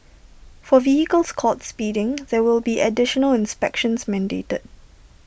for vehicles caught speeding there will be additional inspections mandated